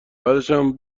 بعدشم